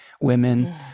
women